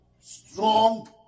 Strong